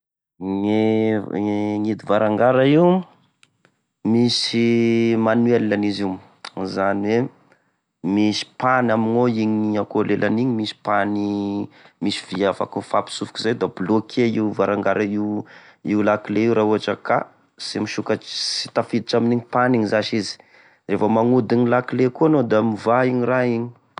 Gne e hidi-varangara io: misy manuelany izy io zany hoe misy pas ny amignao, igny akô lelany igny misy pas ny, misy vy afaka mifapisofoko izay da bloque io varangara io, io lakile io raha ohatra ka sy misokatry, sy tafiditra aminigny pas igny zasy izy, revô magnodiny lakile koa anao da mivaha igny ra igny.